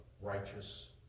righteous